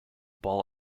ball